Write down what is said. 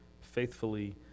faithfully